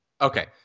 Okay